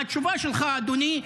מהתשובה שלך, אדוני,